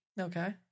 okay